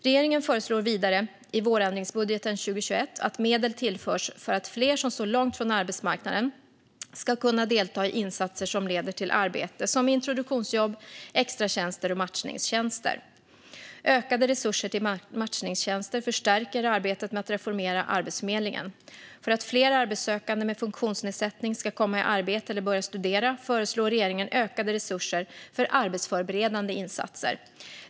Regeringen föreslår vidare i vårändringsbudgeten 2021 att medel tillförs för att fler som står långt från arbetsmarknaden ska kunna delta i insatser som leder till arbete, som introduktionsjobb, extratjänster och matchningstjänster. Ökade resurser till matchningstjänster förstärker arbetet med att reformera Arbetsförmedlingen. För att fler arbetssökande med funktionsnedsättning ska komma i arbete eller börja studera föreslår regeringen ökade resurser för arbetsförberedande insatser.